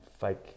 fake